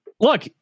look